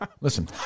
listen